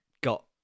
got